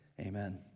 Amen